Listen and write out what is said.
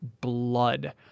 blood